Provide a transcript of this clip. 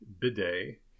bidet